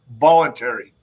voluntary